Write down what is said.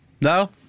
No